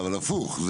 אבל, הפוך.